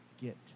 get